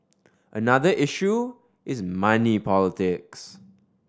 another issue is money politics